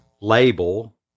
label